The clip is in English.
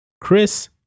Chris